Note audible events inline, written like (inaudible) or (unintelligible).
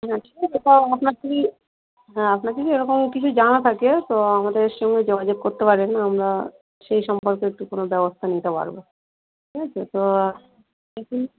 হ্যাঁ ঠিক আছে তাও আপনার যদি হ্যাঁ আপনার যদি এরকম কিছু জানা থাকে তো আমাদের সঙ্গে যোগাযোগ করতে পারেন আমরা সেই সম্পর্কে একটু কোনো ব্যবস্থা নিতে পারব ঠিক আছে তো (unintelligible)